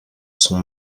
son